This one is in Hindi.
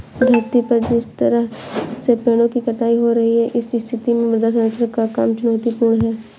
धरती पर जिस तरह से पेड़ों की कटाई हो रही है इस स्थिति में मृदा संरक्षण का काम चुनौतीपूर्ण है